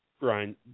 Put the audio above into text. Brian